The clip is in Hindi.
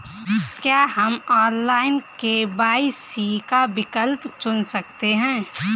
क्या हम ऑनलाइन के.वाई.सी का विकल्प चुन सकते हैं?